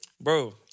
bro